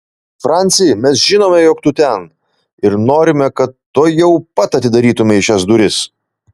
franci mes žinome jog tu ten ir norime kad tuojau pat atidarytumei šias duris